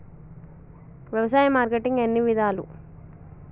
వ్యవసాయ మార్కెటింగ్ ఎన్ని విధాలు?